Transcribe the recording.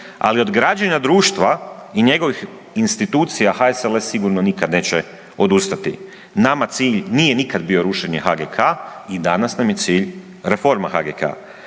ali od građenja društva i njegovih institucija HSLS sigurno nikad neće odustati. Nama cilj nije nikad bio rušenje HGK i danas nam je cilj reforma HGK.